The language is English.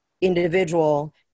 individual